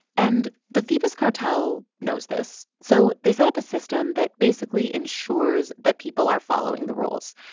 and the phoebus cartel knows this. so they set up a system that, basically, ensures that people are following the rules.